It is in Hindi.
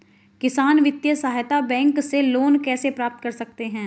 किसान वित्तीय सहायता बैंक से लोंन कैसे प्राप्त करते हैं?